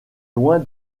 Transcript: loin